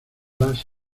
las